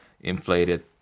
inflated